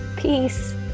Peace